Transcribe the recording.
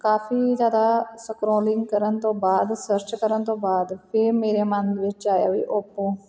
ਕਾਫੀ ਜ਼ਿਆਦਾ ਸਕਰੋਲਿੰਗ ਕਰਨ ਤੋਂ ਬਾਅਦ ਸਰਚ ਕਰਨ ਤੋਂ ਬਾਅਦ ਫਿਰ ਮੇਰੇ ਮਨ ਦੇ ਵਿੱਚ ਆਇਆ ਵੀ ਓਪੋ